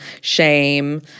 shame